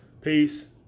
Peace